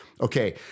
Okay